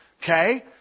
Okay